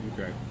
okay